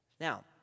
Now